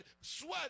sweat